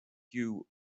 you